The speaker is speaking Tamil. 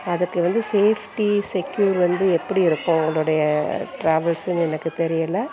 அதுக்கு வந்து சேஃப்டி செக்யூர் வந்து எப்படி இருக்கும் உங்களுடைய டிராவல்ஸுன்னு எனக்கு தெரியலை